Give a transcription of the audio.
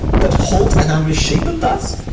that halt and am misshapen thus?